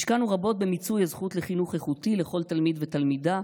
השקענו רבות במיצוי הזכות לחינוך איכותי לכל תלמיד ותלמידה,